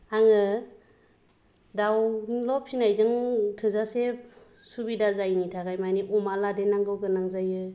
आङो दाउल' फिनायजों थोजासे सुबिदा जायिनि थाखाय माने अमा लादेरनांगौ गोनां जायो